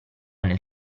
nel